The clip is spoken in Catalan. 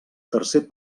tercer